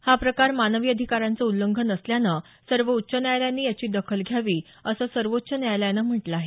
हा प्रकार मानव अधिकारांचं उल्लंघन असल्यानं सर्व उच्च न्यायालयांनी याची दखल घ्यावी असं सर्वोच्च न्यायालयानं म्हटलं आहे